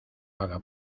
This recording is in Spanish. haga